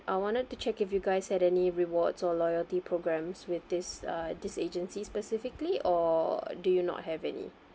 I wanted to check if you guys had any rewards or loyalty programs with this uh this agency specifically or do you not have any